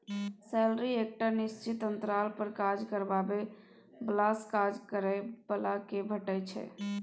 salary एकटा निश्चित अंतराल पर काज करबाबै बलासँ काज करय बला केँ भेटै छै